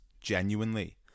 genuinely